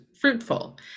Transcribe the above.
fruitful